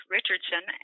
Richardson